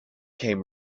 came